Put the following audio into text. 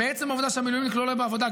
מעצם העובדה שהמילואימניק לא נמצא בעבודה,